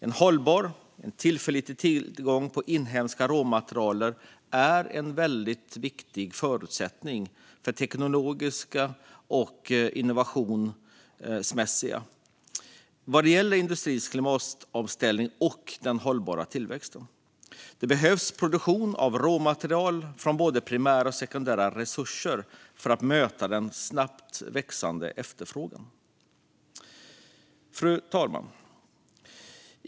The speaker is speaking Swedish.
En hållbar och tillförlitlig tillgång på inhemska råmaterial är en viktig förutsättning för teknologisk innovation, industrins klimatomställning och hållbar tillväxt. Det behövs produktion av råmaterial från både primära och sekundära resurser för att möta den snabbt växande efterfrågan. Fru talman!